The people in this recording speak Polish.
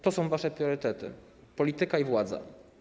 To są wasze priorytety: polityka i władza.